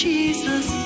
Jesus